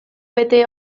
bete